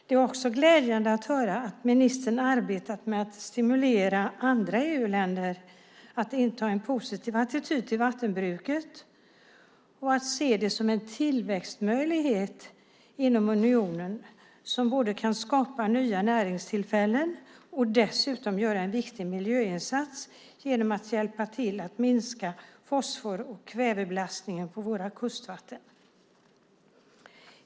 Det är också glädjande att höra att ministern har arbetat med att stimulera andra EU-länder att inta en positiv attityd till vattenbruket och att se det som en tillväxtmöjlighet inom unionen som både kan skapa nya näringstillfällen och dessutom göra en viktig miljöinsats genom att hjälpa till att minska fosfor och kvävebelastningen på våra kustvatten.